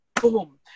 boom